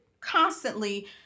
constantly